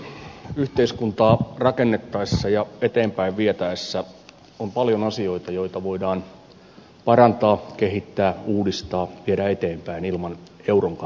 yhteiskuntaa rakennettaessa ja eteenpäin vietäessä on paljon asioita joita voidaan parantaa kehittää uudistaa viedä eteenpäin ilman euronkaan lisäpanostusta